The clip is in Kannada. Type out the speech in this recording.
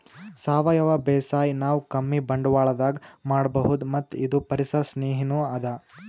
ಸಾವಯವ ಬೇಸಾಯ್ ನಾವ್ ಕಮ್ಮಿ ಬಂಡ್ವಾಳದಾಗ್ ಮಾಡಬಹುದ್ ಮತ್ತ್ ಇದು ಪರಿಸರ್ ಸ್ನೇಹಿನೂ ಅದಾ